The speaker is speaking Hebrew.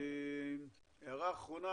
הערה אחרונה,